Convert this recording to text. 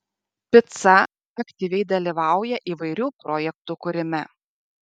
pica aktyviai dalyvauja įvairių projektų kūrime